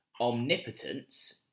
omnipotence